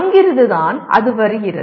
அங்கிருந்துதான் அது வருகிறது